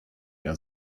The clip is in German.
eher